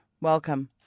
Welcome